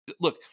Look